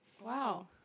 Wow